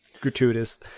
gratuitous